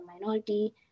minority